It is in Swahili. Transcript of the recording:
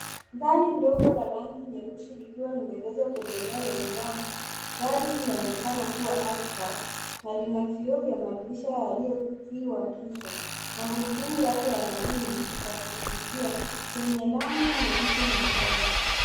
Gari ndogo la rangi nyeusi likiwa limeegeshwa kwenye eneo la nyasi gari hili linaonekana kuwa artback na lina vioo vya madirisha yaliyotiwa ya giza Magurudumu yake Yana rimu za kuvutia zenye rangi nyeusi na fedha.